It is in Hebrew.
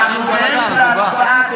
אנחנו באמצע ההצבעה.